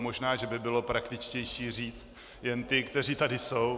Možná že by bylo praktičtější říci jen ty, kteří tady jsou.